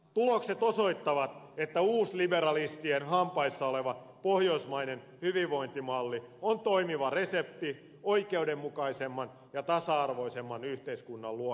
tulokset osoittavat että uusliberalistien hampaissa oleva pohjoismainen hyvinvointimalli on toimiva resepti oikeudenmukaisemman ja tasa arvoisemman yhteiskunnan luomiseksi